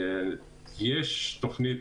יש תוכנית,